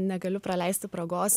negaliu praleisti progos